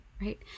right